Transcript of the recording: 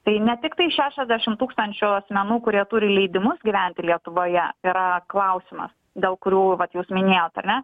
tai ne tiktai šešiasdešimt tūkstančių asmenų kurie turi leidimus gyventi lietuvoje yra klausimas dėl kurių vat jūs minėjote ar ne